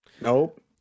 nope